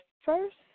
first